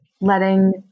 Letting